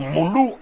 Mulu